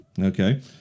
Okay